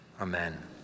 Amen